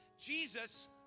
Jesus